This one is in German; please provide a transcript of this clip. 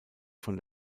von